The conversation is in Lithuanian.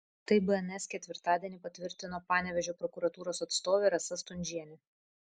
tai bns ketvirtadienį patvirtino panevėžio prokuratūros atstovė rasa stundžienė